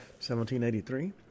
1783